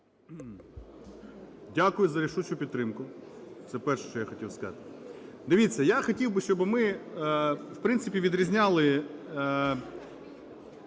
Дякую за рішучу підтримку. Це перше, що я хотів сказати. Дивіться, я хотів би, щоби ми, в принципі,